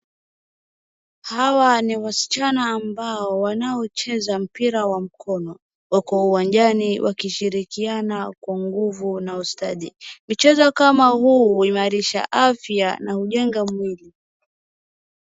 Hawa ni wasichana ambao wanaocheza mpira wa mkono. Wako uwanjani wakishirikiana kwa nguvu na ustadi. Mchezo kama huu huimarisha afya na hujenga mwili.